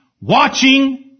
watching